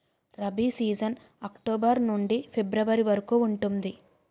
rabi season October నుండి February వరకు ఉంటుంది